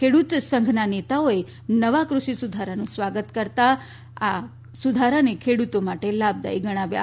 ખેડૂત સંઘના નેતાઓએ નવા ક઼ષિ સુધારાનું સ્વાગત કરતા તેને ખેડૂતો માટે લાભદાયી ગણાવ્યો